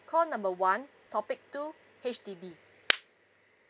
call number one topic two H_D_B